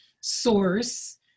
source